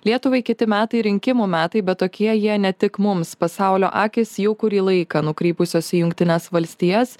lietuvai kiti metai rinkimų metai bet tokie jie ne tik mums pasaulio akys jau kurį laiką nukrypusios į jungtines valstijas